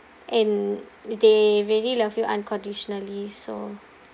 and they really love you unconditionally so